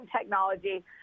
technology